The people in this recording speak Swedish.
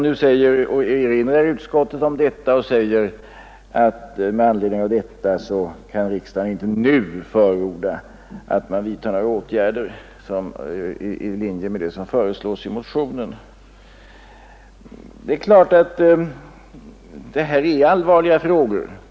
Nu erinrar utskottet om detta och säger sig med anledning härav inte nu kunna förorda att man vidtar några åtgärder i linje med det som föreslås i motionen. Det här är allvarliga frågor.